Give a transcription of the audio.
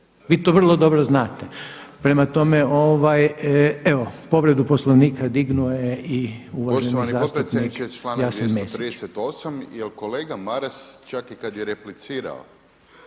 vi to vrlo dobro znate. Prema tome, evo povredu Poslovnika dignuo je i uvaženi zastupnik